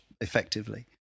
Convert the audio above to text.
effectively